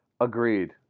Agreed